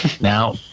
now